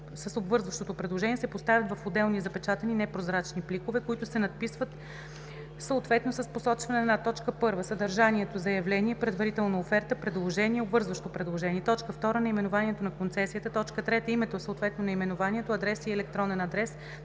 с обвързващото предложение се поставят в отделни запечатани непрозрачни пликове, които се надписват съответно с посочване на: 1. съдържанието – „Заявление“, „Предварителна оферта“, „Предложение“, „Обвързващо предложение“; 2. наименованието на концесията; 3. името, съответно наименованието, адрес и електронен адрес